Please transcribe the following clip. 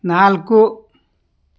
ನಾಲ್ಕು